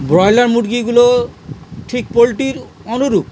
broiler মুরগিগুলো ঠিক পোলট্রির অনুরূপ